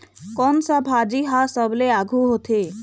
कोन सा भाजी हा सबले आघु होथे?